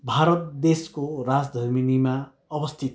भारत देशको राजधानीमा अवस्थित